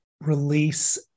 release